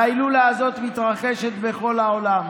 וההילולה הזאת מתרחשת בכל העולם.